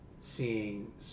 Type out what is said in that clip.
seeing